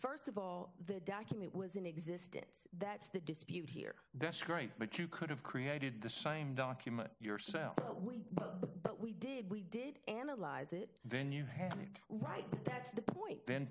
first of all the document was in existence that's the dispute here that's great but you could have created the same document yourself but we did we did analyze it then you have it right that's the point then